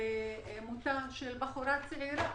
למותה של בחורה צעירה